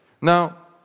Now